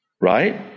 right